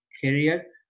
career